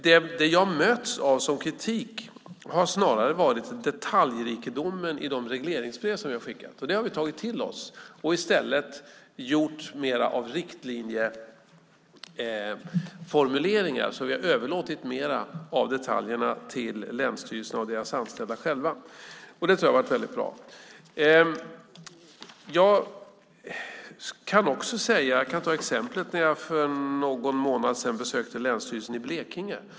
Den kritik jag möts av har snarare gällt detaljrikedomen i de regleringsbrev som vi har skickat. Vi har tagit till oss detta och i stället gjort mer av riktlinjeformuleringar. Vi har överlåtit mer av detaljerna till länsstyrelserna och deras anställda själva. Det tror jag har varit väldigt bra. För någon månad sedan besökte jag länsstyrelsen i Blekinge.